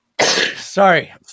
Sorry